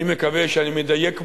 אני מקווה שאני מדייק בהם,